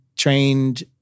trained